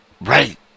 Right